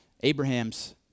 Abraham's